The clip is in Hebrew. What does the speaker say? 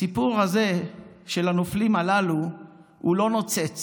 הסיפור הזה של הנופלים הללו הוא לא נוצץ,